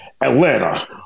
Atlanta